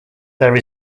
there